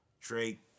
Drake